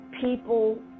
people